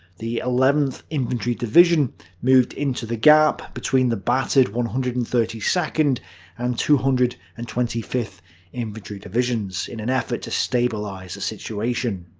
the eleventh infantry division moved into the gap between the battered one hundred and thirty second and two hundred and twenty fifth infantry divisions in an effort to stabilize the situation.